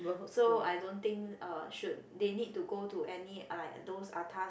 so I don't think uh should they need to go to any uh like those atas